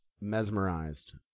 mesmerized